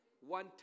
One